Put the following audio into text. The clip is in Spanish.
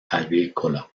agrícola